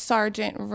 Sergeant